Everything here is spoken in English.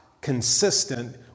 consistent